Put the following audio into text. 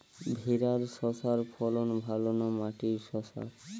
ভেরার শশার ফলন ভালো না মাটির শশার?